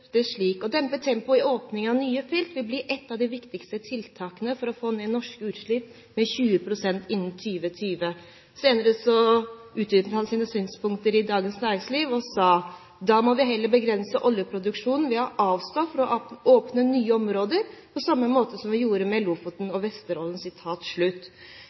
av nye felter vil bli ett av de viktigste tiltakene for å få ned norske utslipp med 20 prosent innen 2020.» Senere utdypet han sine synspunkter i Dagens Næringsliv og sa: «Da må vi heller begrense oljeproduksjonen ved å avstå fra å åpne nye områder, på samme måte som vi gjorde med Lofoten